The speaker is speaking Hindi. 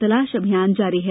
तलाश अभियान जारी है